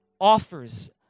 offers